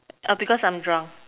err because I'm drunk